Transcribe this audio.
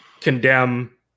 condemn